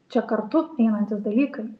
čia kartu einantys dalykai